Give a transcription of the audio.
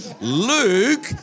Luke